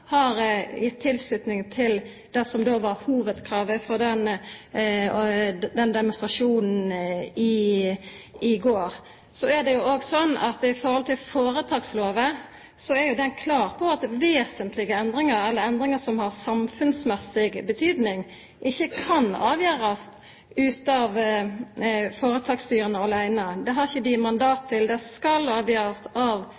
har gitt tilslutning til det som var hovudkravet frå demonstrasjonen i går. Så er det òg sånn at føretakslova er klar på at vesentlege endringar eller endringar som har samfunnsmessig betydning, ikkje kan avgjerast av føretaksstyra aleine. Det har dei ikkje mandat til. Det skal avgjerast av